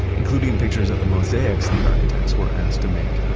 including pictures of the mosaics the architects were asked to make.